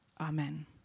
Amen